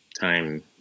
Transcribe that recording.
time